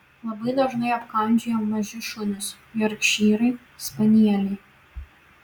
labai dažnai apkandžioja maži šunys jorkšyrai spanieliai